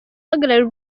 uhagarariye